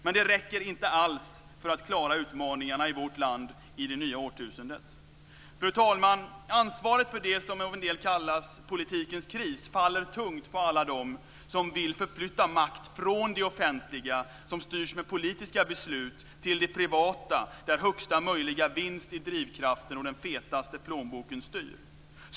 Men den räcker inte alls för att klara utmaningarna i vårt land i det nya årtusendet. Fru talman! Ansvaret för det som av en del kallas politikens kris faller tungt på alla dem som vill förflytta makt från det offentliga, som styrs med politiska beslut, till det privata, där högsta möjliga vinst är drivkraften och den fetaste plånboken styr.